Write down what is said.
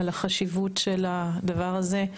על החשיבות של הדבר הזה.